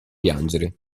piangere